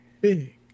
big